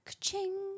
ching